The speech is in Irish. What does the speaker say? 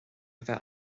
bheith